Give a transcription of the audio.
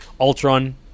Ultron